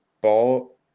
ball